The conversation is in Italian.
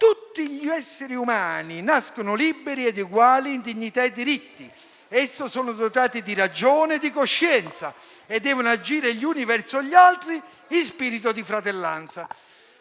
«Tutti gli esseri umani nascono liberi ed eguali in dignità e diritti. Essi sono dotati di ragione e di coscienza e devono agire gli uni verso gli altri in spirito di fratellanza».